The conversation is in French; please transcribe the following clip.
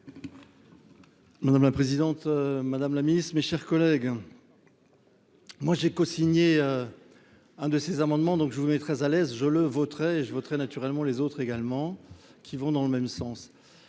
Madame la présidente, Madame la Ministre, mes chers collègues. Moi j'ai cosigné un de ces amendements, donc je voudrais très à l'aise, je le voterai et je voterai naturellement les autres également, qui vont dans le même sens,